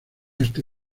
este